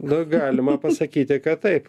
nu galima pasakyti kad taip